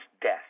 death